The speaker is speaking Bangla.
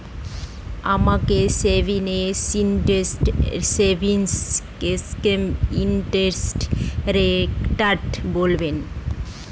আমাকে সিনিয়র সিটিজেন সেভিংস স্কিমের ইন্টারেস্ট রেটটা বলবেন